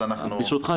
ברשותך,